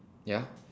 ya